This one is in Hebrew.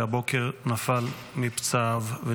נגדעו באכזריות בידי ארגון הטרור חיזבאללה ועוד חייל שהבוקר נפטר מפצעיו: